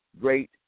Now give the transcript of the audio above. Great